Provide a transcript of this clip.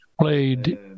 played